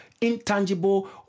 intangible